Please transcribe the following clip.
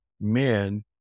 men